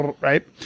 right